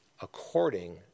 according